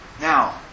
Now